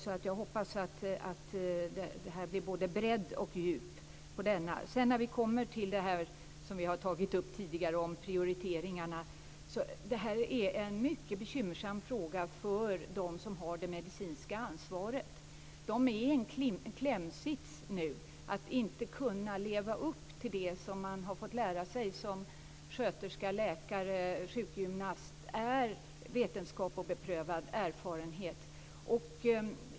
Därför hoppas jag att det blir både bredd och djup i handlingsplanen. När det gäller frågan om prioriteringarna, som vi har tagit upp tidigare, är det en mycket bekymmersam fråga för dem som har det medicinska ansvaret. De befinner sig nu i en klämd sits. De kan inte leva upp till det som de som sköterska, läkare eller sjukgymnast har fått lära sig är vetenskap och beprövad erfarenhet.